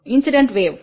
incident wave